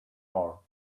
more